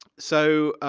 so,